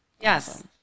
Yes